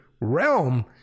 realm